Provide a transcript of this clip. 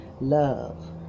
love